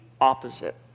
opposite